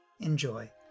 Enjoy